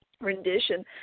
rendition